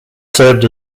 served